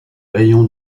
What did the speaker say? rayons